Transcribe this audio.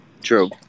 True